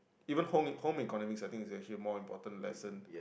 even home home economics I think is actually more important lesson